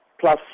plus